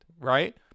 right